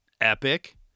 Epic